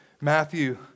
Matthew